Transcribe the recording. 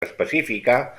especificar